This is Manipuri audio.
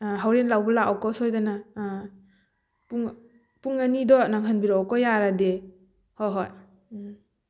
ꯑꯥ ꯍꯣꯔꯦꯟ ꯂꯧꯕ ꯂꯥꯛꯎꯀꯣ ꯁꯣꯏꯗꯅ ꯑꯥ ꯄꯨꯡ ꯄꯨꯡ ꯑꯅꯤꯗꯣ ꯅꯪꯍꯟꯕꯤꯔꯛꯎꯀꯣ ꯌꯥꯔꯗꯤ ꯍꯣꯏ ꯍꯣꯏ ꯎꯝ